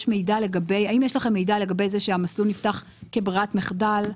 מידע לגבי זה שהמסלול נפתח כברירת מחדל,